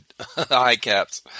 high-caps